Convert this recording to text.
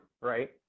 right